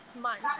months